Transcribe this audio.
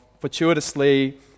fortuitously